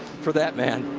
for that man.